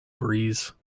breeze